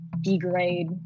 degrade